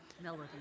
Melody